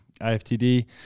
IFTD